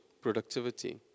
Productivity